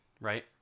right